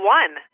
one